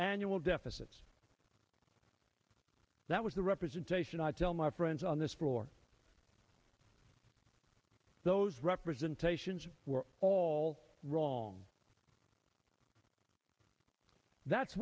annual deficits that was the representation i tell my friends on this floor those representations were all wrong that's